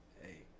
Hey